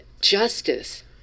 justice